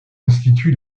institue